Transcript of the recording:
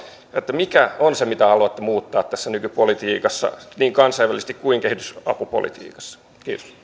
mikä on se mitä haluatte muuttaa tässä nykypolitiikassa niin kansainvälisesti kuin kehitysapupolitiikassa